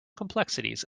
complexities